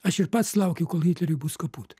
aš ir pats laukiu kol hitleriui bus kaput